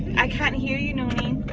i can't hear you noinin